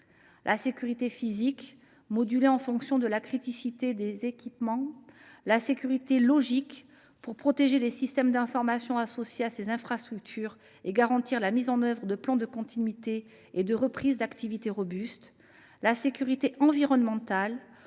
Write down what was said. la sécurité physique, modulée en fonction de la criticité des équipements ; la sécurité logique, pour protéger les systèmes d’information associés à ces infrastructures et garantir la mise en œuvre de plans de continuité et de reprise d’activité robustes ; la sécurité environnementale,